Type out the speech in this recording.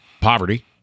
poverty